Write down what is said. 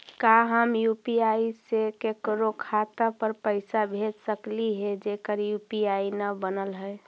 का हम यु.पी.आई से केकरो खाता पर पैसा भेज सकली हे जेकर यु.पी.आई न बनल है?